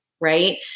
Right